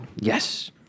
Yes